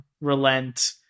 relent